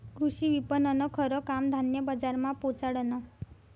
कृषी विपणननं खरं काम धान्य बजारमा पोचाडनं